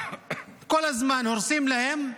כל הזמן הורסים להם,